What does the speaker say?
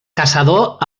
caçador